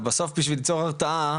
אלא בסוף בשביל ליצור הרתעה,